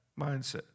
mindset